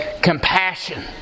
compassion